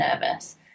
nervous